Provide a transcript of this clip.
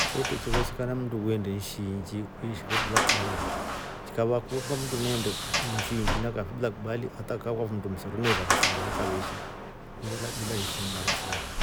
Kwetre chevesekana mndu uwende nshi yiinji kuishi fo bila kibali fo. chikava kwamba mndu neende- e nshii iingi kakaa fo bila kibali hata kaa kwafo mndu msero neesha kasamia fo kwafo kaveishi bila isini lako fo.